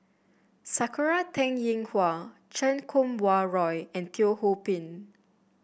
Sakura Teng Ying Hua Chan Kum Wah Roy and Teo Ho Pin